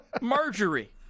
Marjorie